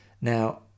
now